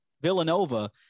Villanova